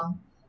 oh